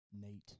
Nate